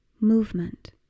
movement